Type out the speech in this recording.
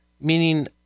meaning